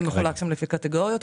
זה מחולק לפי קטגוריות?